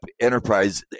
enterprise